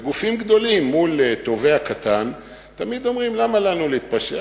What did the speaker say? וגופים גדולים מול תובע קטן תמיד אומרים: למה לנו להתפשר,